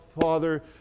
father